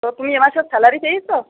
তো তুমি এ মাসের স্যালারি পেয়েছ